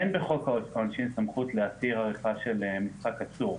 אין בחוק העונשין סמכות להתיר עריכה של משחק אסור.